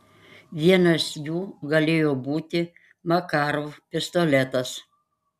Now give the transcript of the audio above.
vienas jų galėjo būti makarov pistoletas